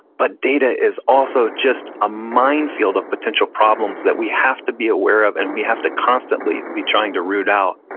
but data is also just a minefield of potential problems that we have to be aware of and we have to constantly be trying to root out.